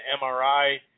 MRI